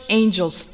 angels